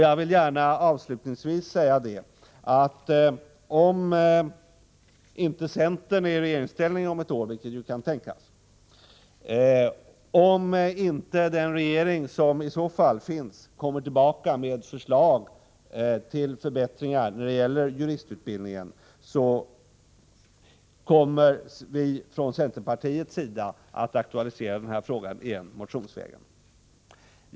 Jag vill gärna avslutningsvis säga att om centern inte befinner sig i regeringsställning om ett år — vilket ju kan tänkas — kommer vi ifrån centerns sida att aktualisera den här frågan igen motionsvägen, om inte den regering som iså fall finns kommer tillbaka med förslag till förbättringar när det gäller juristutbildningen.